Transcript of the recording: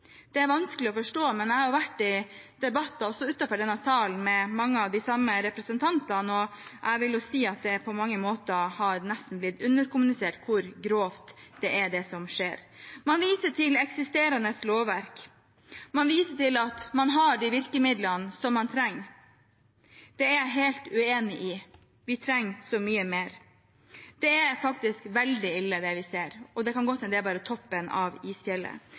Det er vanskelig å forstå, men jeg har vært i debatter også utenfor denne sal med mange av de samme representantene, og jeg vil si at det på mange måter nesten har blitt underkommunisert hvor grovt det er, det som skjer. Man viser til eksisterende lovverk. Man viser til at man har de virkemidlene som man trenger. Det er jeg helt uenig i. Vi trenger så mye mer. Det er faktisk veldig ille det vi ser, og det kan godt hende at det bare er toppen av isfjellet.